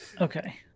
Okay